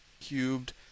cubed